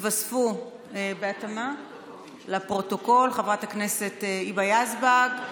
התווספו בהתאמה, לפרוטוקול: חברת הכנסת היבה יזבק,